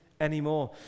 Anymore